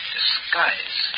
Disguise